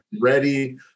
ready